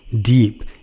deep